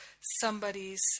somebody's